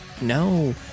No